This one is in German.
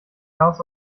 gas